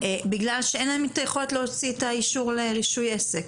בגלל שאין להם את היכולת להוציא את האישור לרישוי עסק.